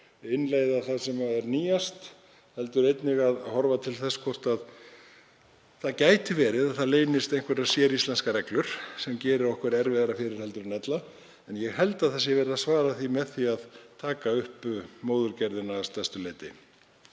og innleiða það sem er nýjast, heldur einnig að horfa til þess hvort það gæti verið að þarna leyndust einhverjar séríslenskar reglur sem gerðu okkur erfiðara fyrir en ella. En ég held að verið sé að svara því með því að taka upp móðurgerðina að stærstu leyti,